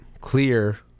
clear